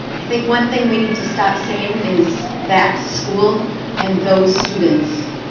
i think one thing we need to stop saying is that school and those students.